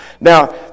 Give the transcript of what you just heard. Now